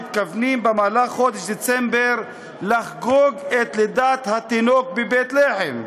מתכוונים בחודש דצמבר לחגוג את לידת התינוק בבית-לחם,